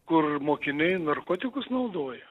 kur mokiniai narkotikus naudoja